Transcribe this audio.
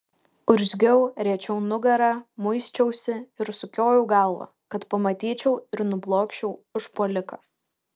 urzgiau riečiau nugarą muisčiausi ir sukiojau galvą kad pamatyčiau ir nublokščiau užpuoliką